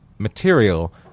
material